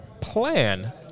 plan